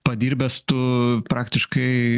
padirbęs tu praktiškai